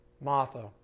Martha